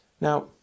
Now